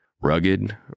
rugged